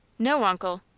no, uncle.